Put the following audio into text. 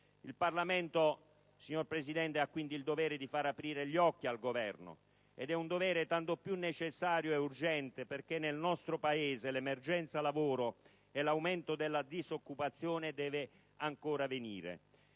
Il Parlamento, signor Presidente, ha quindi il dovere di far aprire gli occhi al Governo; è un dovere tanto più necessario e urgente perché nel nostro Paese l'emergenza lavoro e l'aumento della disoccupazione devono ancora venire.